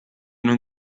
non